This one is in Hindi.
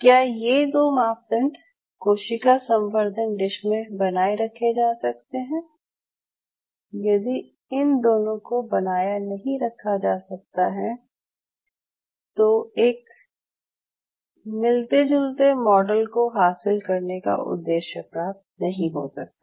क्या ये दो मापदंड कोशिका संवर्धन डिश में बनाये रखे जा सकते हैं यदि इन दोनों को बनाया नहीं रखा जा सकता है तो एक मिलते जुलते मॉडल को हासिल करने का उद्देश्य प्राप्त नहीं हो सकता